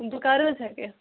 بہٕ کَر حظ ہیٚکہِ یِتھ